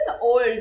old